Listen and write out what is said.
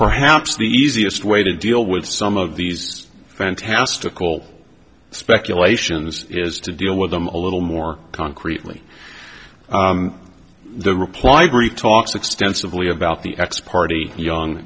perhaps the easiest way to deal with some of these fantastical speculations is to deal with them a little more concretely the reply gree talks extensively about the x party young